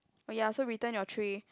oh ya so return your tray